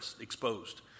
exposed